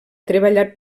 treballat